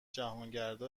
جهانگردا